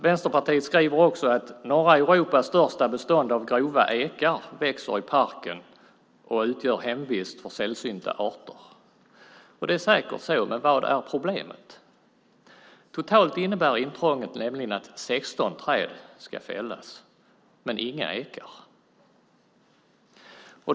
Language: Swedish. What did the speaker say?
Vänsterpartiet skriver också: "Norra Europas största bestånd av grova ekar växer i parken och utgör hemvist för sällsynta arter." Det är säkert så, men vad är problemet? Totalt innebär intrånget nämligen att 16 träd ska fällas, men inga ekar.